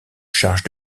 charge